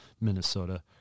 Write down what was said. Minnesota